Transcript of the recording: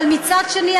אבל מצד שני,